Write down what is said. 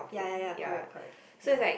ya ya ya correct correct ya